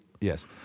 Yes